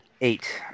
Eight